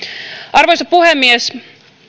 arvoisa puhemies